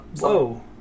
Whoa